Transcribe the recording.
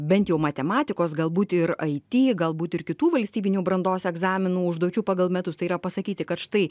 bent jau matematikos galbūt ir it galbūt ir kitų valstybinių brandos egzaminų užduočių pagal metus tai yra pasakyti kad štai